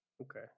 Okay